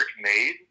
made